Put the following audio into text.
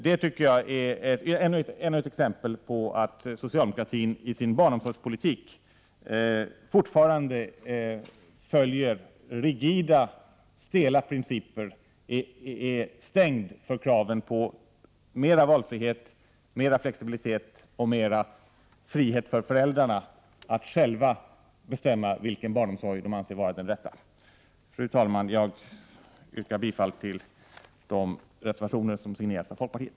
Det tycker jag är ännu ett exempel på att socialdemokratin i sin barnomsorgspolitik fortfarande följer rigida, stela principer och är stängd för kraven på mera valfrihet och flexibilitet och mera frihet för föräldrarna att själva bestämma vilken barnomsorg man anser vara den rätta. Fru talman! Jag yrkar bifall till de reservationer som signerats av folkpartiet.